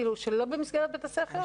שלא במסגרת בית הספר?